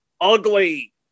ugly